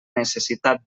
necessitat